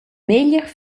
meglier